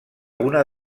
una